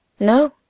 No